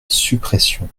suppression